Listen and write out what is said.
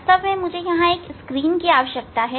वास्तव में मुझे यहां स्क्रीन की आवश्यकता है